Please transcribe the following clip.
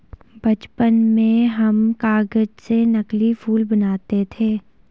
बचपन में हम कागज से नकली फूल बनाते थे